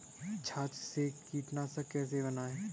छाछ से कीटनाशक कैसे बनाएँ?